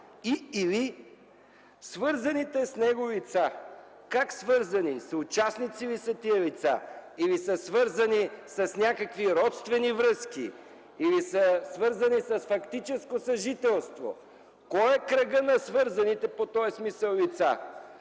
и/или свързаните с него лица! Как свързани – съучастници ли са тези лица или са свързани с някакви родствени връзки, или са свързани с фактическо съжителство, кой е кръгът на свързаните по този смисъл лица?!